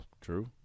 True